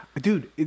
Dude